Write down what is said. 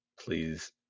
please